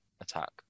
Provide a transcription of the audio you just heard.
attack